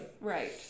Right